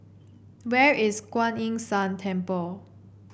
where is Kuan Yin San Temple